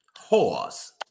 horse